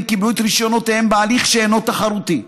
קיבלו את רישיונותיהם בהליך שאינו תחרותי.